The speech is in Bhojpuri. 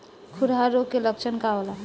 खुरहा रोग के लक्षण का होला?